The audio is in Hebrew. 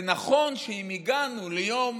זה נכון שאם הגענו ליום